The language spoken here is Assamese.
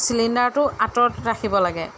চিলিণ্ডাৰটো আঁতৰত ৰাখিব লাগে